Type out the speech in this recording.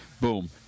boom